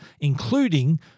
including